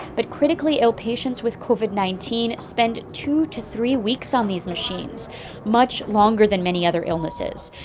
but critically ill patients with covid nineteen spend two to three weeks on these machines much longer than many other illnesses.